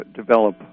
develop